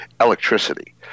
electricity